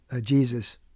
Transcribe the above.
Jesus